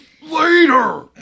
Later